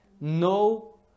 no